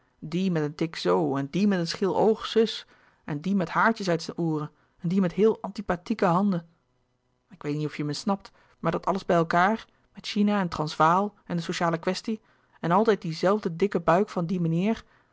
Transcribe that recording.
die met een tic zoo en die met een scheel oog zus die met haartjes uit zijn ooren en die met heel antipathieke handen ik weet niet of je me snapt maar dat alles bij elkaâr met china en transvaal en de sociale kwestie en altijd die zelfde dikke buik van dien me neer